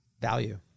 Value